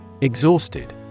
Exhausted